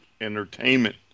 entertainment